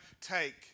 take